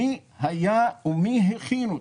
מי היה ומי הכין אותה?